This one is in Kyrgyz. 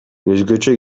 өзгөчө